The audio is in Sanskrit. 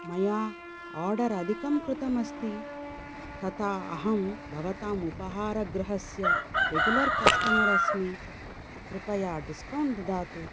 मया आर्डर् अधिकं कृतम् अस्ति तथा अहं भवताम् उपहारगृहस्य रेगुलर् कस्टमर् अस्मि कृपया डिस्कौण्ट् ददातु